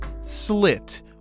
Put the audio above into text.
slit